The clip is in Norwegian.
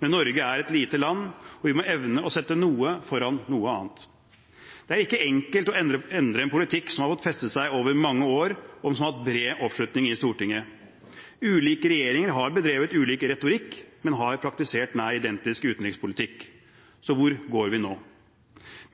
men Norge er et lite land, og vi må evne å sette noe foran noe annet. Det er ikke enkelt å endre en politikk som har fått feste seg over mange år, og som har hatt bred oppslutning i Stortinget. Ulike regjeringer har bedrevet ulik retorikk, men har praktisert nær identisk utenrikspolitikk. Så hvor går vi nå?